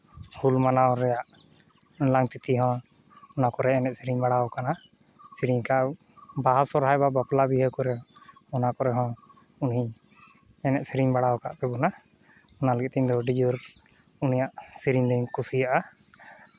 ᱦᱩᱞ ᱢᱟᱱᱟᱣ ᱨᱮᱭᱟᱜ ᱞᱟᱝᱛᱤᱛᱤ ᱦᱚᱸ ᱚᱱᱟ ᱠᱚᱨᱮ ᱮᱱᱮᱡ ᱥᱮᱨᱮᱧ ᱵᱟᱲᱟᱣ ᱠᱟᱱᱟ ᱥᱮᱨᱮᱧ ᱟᱠᱟᱫᱼᱟᱭ ᱵᱟᱦᱟ ᱥᱚᱦᱚᱨᱟᱭ ᱵᱟ ᱵᱟᱯᱞᱟ ᱵᱤᱦᱟᱹ ᱠᱚᱨᱮ ᱚᱱᱟ ᱠᱚᱨᱮ ᱦᱚᱸ ᱩᱱᱤᱭ ᱮᱱᱮᱡ ᱥᱮᱨᱮᱧ ᱵᱟᱲᱟᱣ ᱟᱠᱟᱫ ᱛᱟᱵᱚᱱᱟ ᱚᱱᱟ ᱞᱟᱹᱜᱤᱛᱮ ᱤᱧ ᱫᱚ ᱟᱹᱰᱤ ᱡᱳᱨ ᱩᱱᱤᱭᱟᱜ ᱥᱮᱨᱮᱧ ᱫᱩᱧ ᱠᱩᱥᱤᱭᱟᱜᱼᱟ